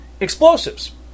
explosives